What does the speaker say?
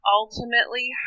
ultimately